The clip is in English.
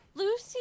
lucy